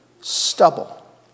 stubble